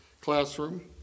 classroom